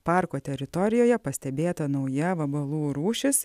parko teritorijoje pastebėta nauja vabalų rūšis